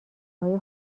های